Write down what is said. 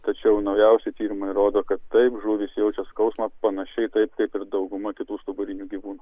tačiau naujausi tyrimai rodo kad taip žuvys jaučia skausmą panašiai taip kaip ir dauguma kitų stuburinių gyvūnų